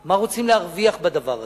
מה רוצים להרוויח בדבר הזה?